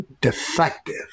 defective